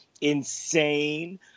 insane